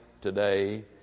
today